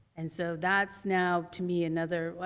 and so that's now to me, another,